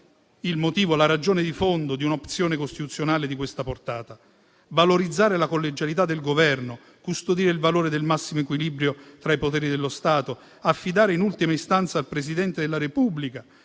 il motivo, la ragione di fondo di un'opzione costituzionale di questa portata: valorizzare la collegialità del Governo, custodire il valore del massimo equilibrio tra i poteri dello Stato, affidare in ultima istanza al Presidente della Repubblica